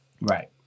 Right